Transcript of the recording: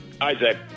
Isaac